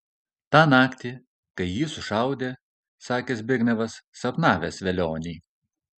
tą naktį kai jį sušaudė sakė zbignevas sapnavęs velionį